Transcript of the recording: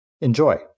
Enjoy